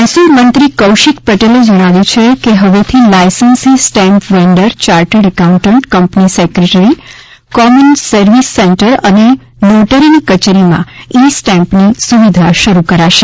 મહેસૂલમંત્રી કૌશિક પટેલ જણાવ્યું છે કે હવેથી licensee stamp vendor chartered accountant company secretary common service centre અને નોટરીની કચેરીમાં ઇ સ્ટેમ્પની સુવિધા શરૂ કરાશે